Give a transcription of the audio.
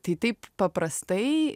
tai taip paprastai